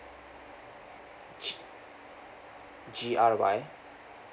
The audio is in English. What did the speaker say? G R Y